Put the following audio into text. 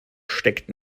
steckt